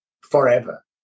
forever